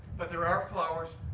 but there are flowers,